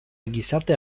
gizarte